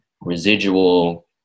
residual